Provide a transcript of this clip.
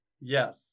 Yes